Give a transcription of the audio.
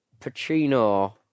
Pacino